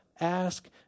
Ask